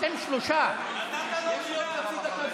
אדוני היושב-ראש, חבריי חברי הכנסת,